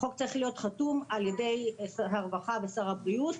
החוק צריך להיות חתום על ידי שר הרווחה ושר הבריאות,